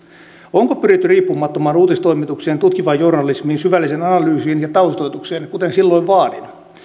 onko pyritty riippumattomaan uutistoimitukseen tutkivaan journalismiin syvälliseen analyysiin ja taustoitukseen kuten silloin vaadin